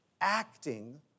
acting